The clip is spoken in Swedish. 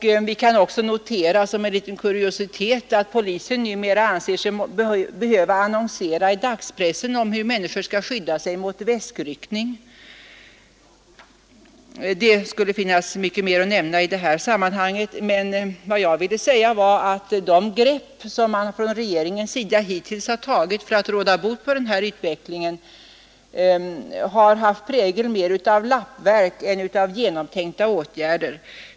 Vi kan som en liten kuriositet notera att polisen numera anser sig behöva annonsera i dagspressen om hur människor skall skydda sig mot väskryckning. Och det skulle finnas mycket mer att nämna i detta sammanhang. De grepp som regeringen hittills har tagit för att råda bot på denna utveckling har haft prägel mer av lappverk än av genomtänkta åtgärder.